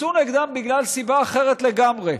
יצאו נגדם בגלל סיבה אחרת לגמרי.